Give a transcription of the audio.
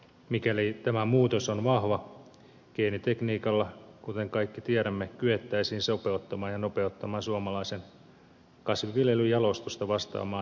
mikäli tämä muutos on vahva geenitekniikalla kuten kaikki tiedämme kyettäisiin sopeuttamaan ja nopeuttamaan suomalaisen kasviviljelyn jalostusta vastaamaan uusia olosuhteita